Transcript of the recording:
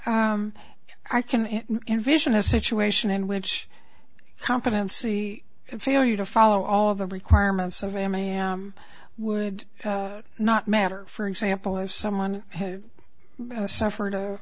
points i can envision a situation in which competency failure to follow all the requirements of mam would not matter for example if someone had suffered a